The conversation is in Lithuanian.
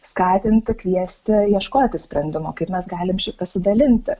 skatinti kviesti ieškoti sprendimo kaip mes galim šiaip pasidalinti